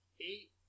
eight